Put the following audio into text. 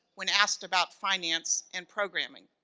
when asked about finance and programming.